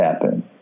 happen